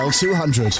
L200